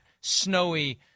snowy